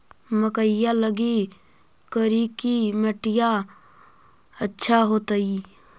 मकईया लगी करिकी मिट्टियां अच्छा होतई